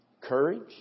courage